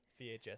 vhs